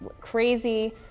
crazy